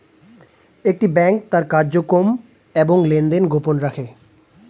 একটি ব্যাংক তার কার্যক্রম এবং লেনদেন গোপন রাখে